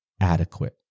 adequate